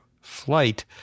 Flight